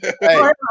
Hey